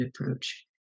Approach